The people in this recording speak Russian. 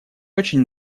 очень